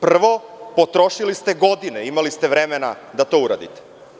Prvo, potrošili ste godine, imali ste vremena da to uradite.